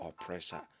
oppressor